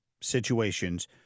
situations